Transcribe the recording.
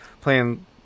playing